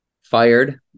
fired